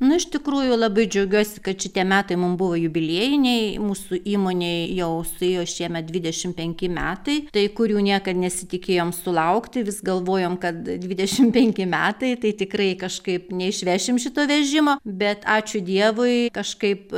nu iš tikrųjų labai džiaugiuosi kad šitie metai mum buvo jubiliejiniai mūsų įmonei jau suėjo šiemet dvidešim penki metai tai kurių niekad nesitikėjom sulaukti vis galvojom kad dvidešim penki metai tai tikrai kažkaip neišvešim šito vežimo bet ačiū dievui kažkaip